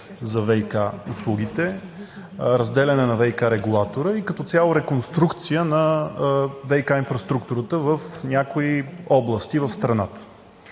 за ВиК услугите, разделяне на ВиК регулатора и като цяло реконструкция на ВиК инфраструктурата в някои области в страната.